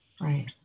right